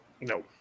No